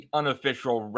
unofficial